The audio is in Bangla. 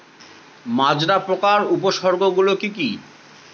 মাজরা পোকার উপসর্গগুলি কি কি?